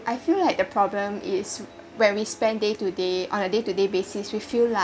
I feel like the problem is when we spend day to day on a day to day basis we feel like